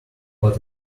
but